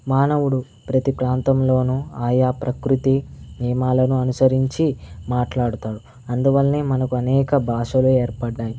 మానవుడు ప్రతి ప్రాంతంలోను ఆయా ప్రకృతి నియమాలను అనుసరించి మాట్లాడుతాడు అందువలనే మనకు అనేక భాషలు ఏర్పడ్డాయి